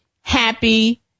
happy